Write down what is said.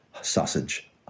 sausage